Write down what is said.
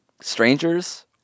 strangers